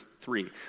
three